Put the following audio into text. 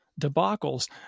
debacles